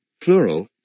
plural